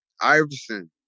Iverson